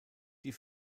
die